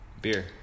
Beer